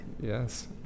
Yes